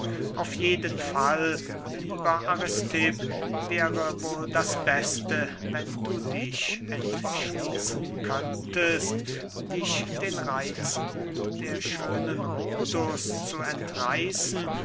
auf jeden fall lieber aristipp wäre wohl das beste wenn du dich entschließen könntest dich den reitzen der schönen rhodos zu entreißen